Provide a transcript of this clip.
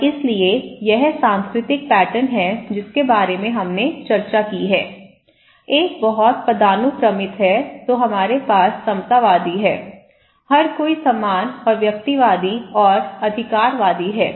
और इसलिए यह सांस्कृतिक पैटर्न है जिसके बारे में हमने चर्चा की है एक बहुत पदानुक्रमित है तो हमारे पास समतावादी है हर कोई समान और व्यक्तिवादी और अधिकारवादी है